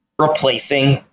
replacing